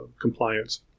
compliance